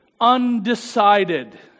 undecided